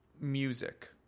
music